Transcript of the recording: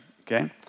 Okay